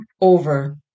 over